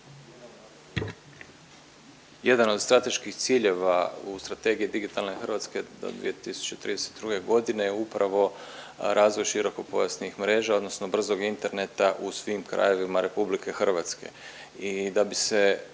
Jedan od strateških ciljeva u Strategiji digitalne Hrvatske do 2032.g. je upravo razvoj širokopojasnih mreža odnosno brzog interneta u svim krajevima RH i da